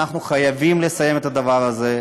אנחנו חייבים לסיים את הדבר הזה.